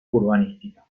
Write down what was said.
urbanística